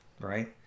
right